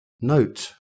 Note